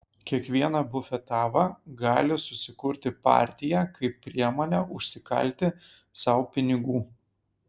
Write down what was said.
kiekviena bufetava gali susikurti partiją kaip priemonę užsikalti sau pinigų